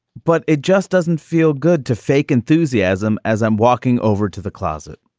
but it just doesn't feel good to fake enthusiasm as i'm walking over to the closet.